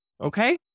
Okay